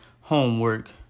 homework